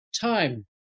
time